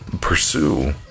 pursue